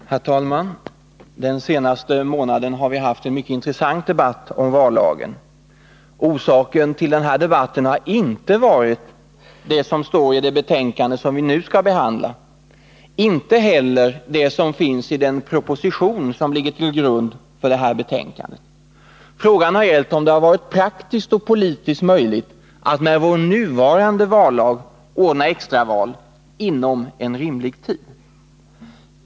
Herr talman! Den senaste månaden har vi haft en mycket intressant debatt om vallagen. Orsaken till denna debatt har inte varit det som står i det betänkande vi nu skall behandla, inte heller det som finns i den proposition som ligger till grund för detta betänkande. Frågan har gällt om det är praktiskt och politiskt möjligt att med vår nuvarande vallag ordna extraval inom en rimlig tid.